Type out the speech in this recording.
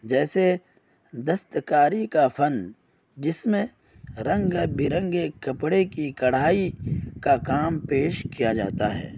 جیسے دستکاری کا فن جس میں رنگ برنگے کپڑے کی کڑھائی کا کام پیش کیا جاتا ہے